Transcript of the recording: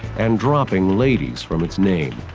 and dropping ladies from its name.